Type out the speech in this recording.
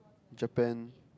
Japan